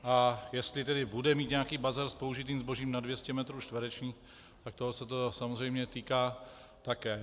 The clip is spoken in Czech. A jestli tedy bude mít nějaký bazar s použitým zbožím nad 200 metrů čtverečních, tak toho se to samozřejmě týká také.